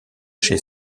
chez